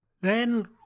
Then